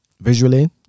visually